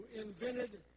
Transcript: invented